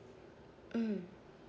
mm